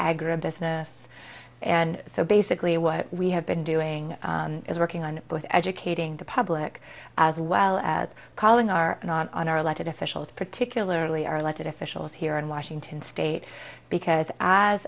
agribusiness and so basically what we have been doing is working on both educating the public as well as calling are not on our elected officials particularly our elected officials here state in washington eight because as